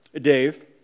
Dave